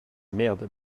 merdre